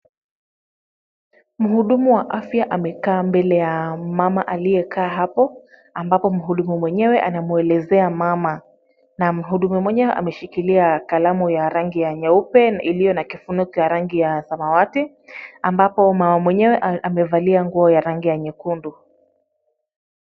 Mhudumu wa afya amekaa mbele ya mama aliyekaa hapo ambapo mhudumu mwenyewe anamwelezea mama na mhudumu mwenyewe ameshikilia kalamu ya rangi ya nyeupe iliyo na kifuniko ya rangi ya samawati ambapo mama mwenyewe amevalia nguo ya rangi ya nyekundu.